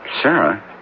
Sarah